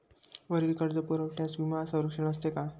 वरील कर्जपुरवठ्यास विमा संरक्षण असते का?